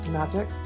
magic